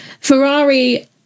Ferrari